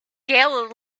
gale